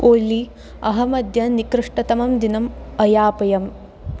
ओली अहमद्य निकृष्टतमं दिनम् अयापयम्